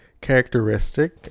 characteristic